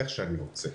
איך שאני רוצה.